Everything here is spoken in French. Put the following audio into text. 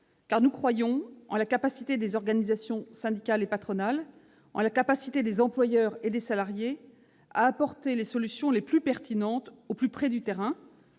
car nous croyons en la capacité des organisations syndicales et patronales comme en la capacité des employeurs et des salariés à apporter les solutions les plus pertinentes, au plus près du terrain,